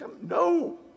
No